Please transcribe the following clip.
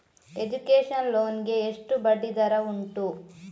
Education loan ಗೆ ಎಷ್ಟು ಬಡ್ಡಿ ದರ ಉಂಟು?